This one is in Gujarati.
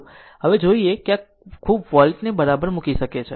અને જો જોઈએ તો આ ખૂબ વોલ્ટ ને બરાબર મૂકી શકે છે